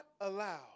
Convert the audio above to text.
allow